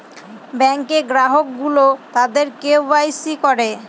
ব্যাঙ্কে গ্রাহক গুলো তাদের কে ওয়াই সি করে